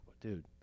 Dude